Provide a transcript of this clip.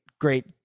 great